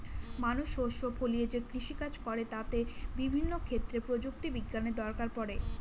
মানুষ শস্য ফলিয়ে যে কৃষিকাজ করে তাতে বিভিন্ন ক্ষেত্রে প্রযুক্তি বিজ্ঞানের দরকার পড়ে